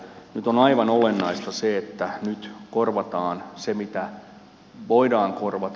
nyt on aivan olennaista se että nyt korvataan se mitä voidaan korvata